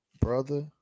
brother